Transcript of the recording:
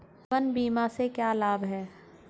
जीवन बीमा से क्या लाभ हैं?